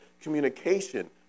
communication